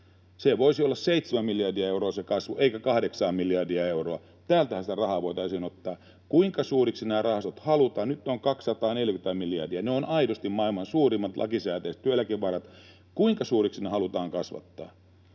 voisi olla 7 miljardia euroa eikä 8 miljardia euroa. Täältähän sitä rahaa voitaisiin ottaa. Kuinka suuriksi nämä rahastot halutaan? Nyt on 240 miljardia. Ne ovat aidosti maailman suurimmat lakisääteiset työeläkevarat. Kuinka suuriksi ne halutaan kasvattaa?